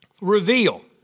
reveal